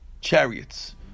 chariots